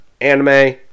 anime